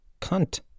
cunt